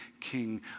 king